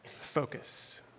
Focus